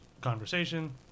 conversation